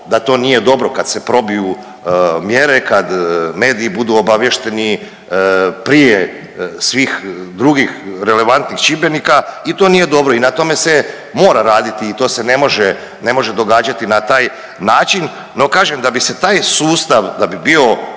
da to nije dobro kad se probiju mjere, kad mediji budu obaviješteni, prije svih drugih relevantnih čimbenika i to nije dobro i na tome se mora raditi i to se ne može, ne može događati na taj način, no kažem, da bi se taj sustav, da bi bio